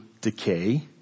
decay